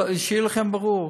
שיהיה לכם ברור: